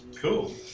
Cool